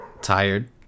tired